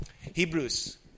Hebrews